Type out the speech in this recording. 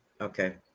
Okay